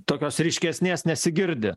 tokios ryškesnės nesigirdi